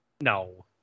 No